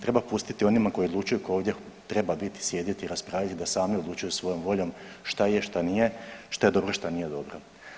Treba pustiti onima koji odlučuju koji ovdje treba biti i sjediti rasprave i da sami odlučuju svojom voljom šta je, šta nije, šta je dobro, šta nije dobro.